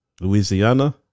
Louisiana